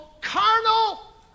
carnal